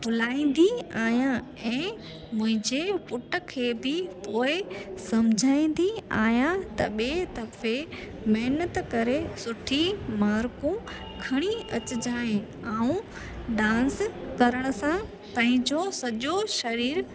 भुलाईंदी आहियां ऐं मुंहिंजे पुटु खे बि पोइ सम्झाईंदी आहियां त ॿिए दफ़े महिनत करे सुठी मार्कू खणी अचजे ऐं डांस करण सां पंहिंजो सॼो शरीरु